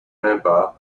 member